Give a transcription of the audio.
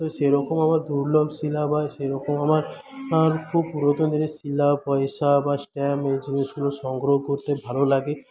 তো সেরকম আমার দুর্লভ শিলা বা সেরকম আমার খুব প্রথমদিকের শিলা পয়সা বা স্ট্যাম্প এই জিনিসগুলো সংগ্রহ করতে ভালো লাগে